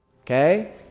okay